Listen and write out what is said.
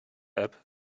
app